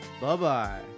Bye-bye